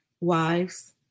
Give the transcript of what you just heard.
wives